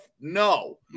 no